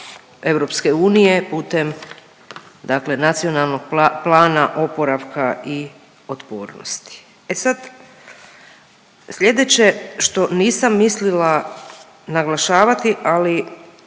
EU putem dakle Nacionalnog plana oporavka i otpornosti. E sad, sljedeće što nisam mislila naglašavati, ali